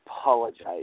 apologize